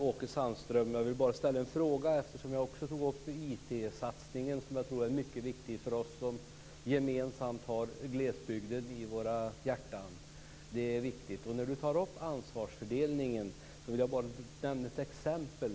Fru talman! Jag vill bara ställa en fråga till Åke Sandström. Jag tog ju också upp IT-satsningen som jag tror är mycket viktig för oss som gemensamt har glesbygden i våra hjärtan. Åke Sandström tog upp ansvarsfördelningen. Då vill jag nämna ett exempel.